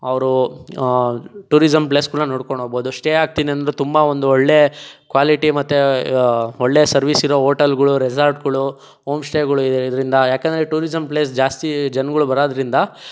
ಅವರು tourism place ಕೂಡ ನೋಡ್ಕೊಂಡು ಹೋಗಬಹುದು ಸ್ಟೇ ಆಗ್ತೀನಂದ್ರೆ ತುಂಬ ಒಂದೊಳ್ಳೆ ಕ್ವಾಲಿಟಿ ಮತ್ತೆ ಒಳ್ಳೆಯ ಸರ್ವೀಸ್ಸಿರೋ ಹೋಟೆಲ್ಗಳು ರೆಸಾರ್ಟ್ಗಳು ಹೋಮ್ ಸ್ಟೇಗಳಿದೆ ಇದರಿಂದ ಯಾಕೆಂದ್ರೆ ಟೂರಿಸಂ ಪ್ಲೇಸ್ ಜಾಸ್ತಿ ಜನಗಳು ಬರೋದ್ರಿಂದ